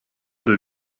deux